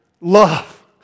love